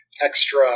extra